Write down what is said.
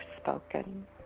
spoken